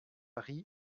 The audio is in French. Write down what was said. riz